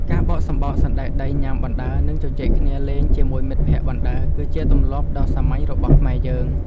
ការបកសំបកសណ្តែកដីញ៉ាំបណ្តើរនិងជជែកគ្នាលេងជាមួយមិត្តភក្តិបណ្តើរគឺជាទម្លាប់ដ៏សាមញ្ញរបស់ខ្មែរយើង។